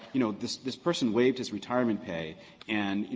you know, this this person waived his retirement pay and, you